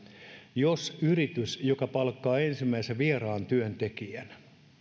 jos yritys joka palkkaa ensimmäisen vieraan työntekijän